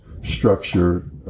structure